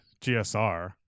gsr